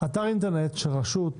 אתר אינטרנט של רשות,